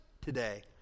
today